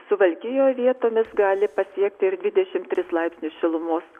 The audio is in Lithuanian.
suvalkijoj vietomis gali pasiekti ir dvidešimt tris laipsnius šilumos